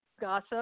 gossip